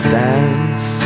dance